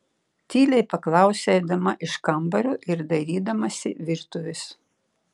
tyliai paklausė eidama iš kambario ir dairydamasi virtuvės